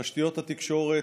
תשתיות התקשורת,